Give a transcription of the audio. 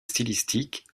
stylistiques